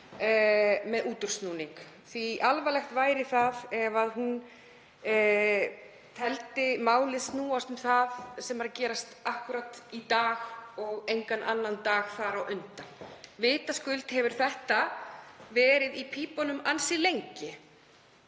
með útúrsnúning því að alvarlegt væri það ef hún teldi málið snúast um það sem er að gerast akkúrat í dag og engan annan dag þar á undan. Vitaskuld hefur þetta verið í pípunum ansi lengi.